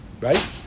Right